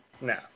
No